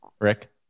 Rick